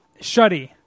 Shuddy